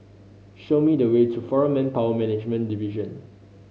show me the way to Foreign Manpower Management Division